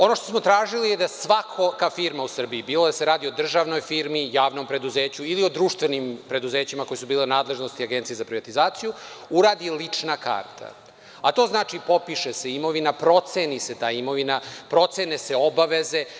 Ono što smo tražili je da svaka firma u Srbiji, bilo da se radi o državnoj firmi, javnom preduzeću ili o društvenim preduzećima koja su bila u nadležnosti Agencije za privatizaciju, uradi lična karta, a to znači popiše se imovina, proceni se ta imovina, procene se obaveze.